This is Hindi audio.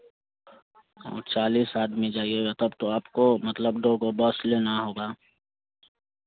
हाँ चालीस आदमी जाइएगा तब तो आपको मतलब दो गो बस लेना होगा